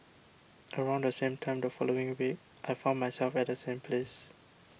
around the same time the following week I found myself at the same place